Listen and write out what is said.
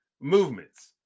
movements